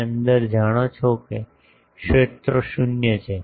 ની અંદર જાણો છો કે ક્ષેત્રો શૂન્ય છે